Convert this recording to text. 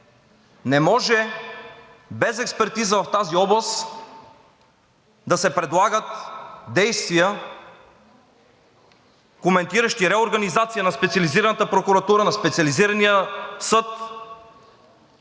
Не може без експертиза в тази област да се предлагат действия, коментиращи реорганизация на Специализираната прокуратура, на Специализирания съд